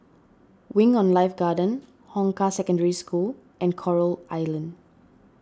Wing on Life Garden Hong Kah Secondary School and Coral Island